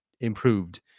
improved